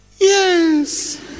Yes